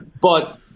But-